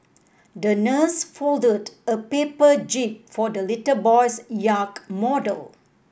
the nurse folded a paper jib for the little boy's yacht model